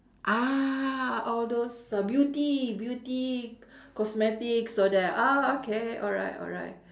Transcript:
ah all those uh beauty beauty cosmetics all that ah okay alright alright